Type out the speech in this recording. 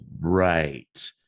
right